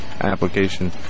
application